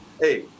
Hey